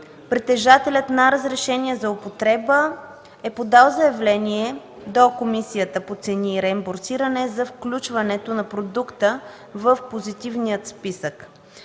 притежателят на разрешение за употреба е подал заявление до Комисията по цени и реимбурсиране за включването на продукта в позитивния списък.